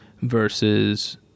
Versus